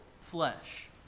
flesh